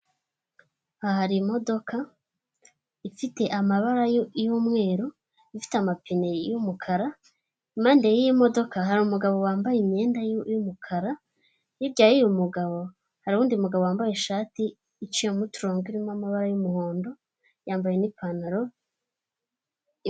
Aha hari imodoka ifite amabara yumweru ifite amapine y'umukara impande y'iyi modoka hari umugabo wambaye imyenda yumukara, hirya y'uyu mugabo hari undi mugabo wambaye ishati iciyemo uturongo irimo amabara y'umuhondo yambaye n'ipantaro.